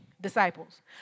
disciples